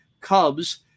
Cubs